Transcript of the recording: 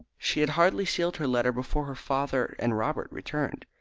she had hardly sealed her letter before her father and robert returned.